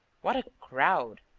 what a crowd!